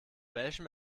welchem